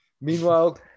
Meanwhile